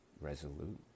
resolute